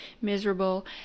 miserable